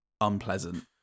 unpleasant